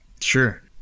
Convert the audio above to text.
Sure